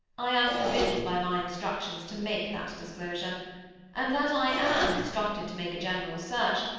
i am forbidden by my instructions to make that disclosure and that i am instructed to make a general search,